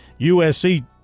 USC